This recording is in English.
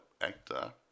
actor